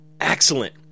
Excellent